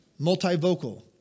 multivocal